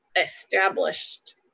established